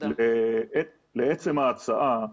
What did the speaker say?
לעצם ההצעה.